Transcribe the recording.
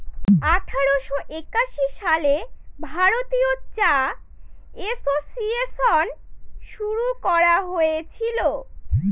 আঠারোশো একাশি সালে ভারতীয় চা এসোসিয়েসন শুরু করা হয়েছিল